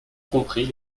compris